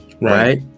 right